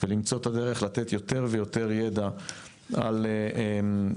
ולמצוא את הדרך לתת יותר ויותר ידע גם לדורות